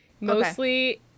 Mostly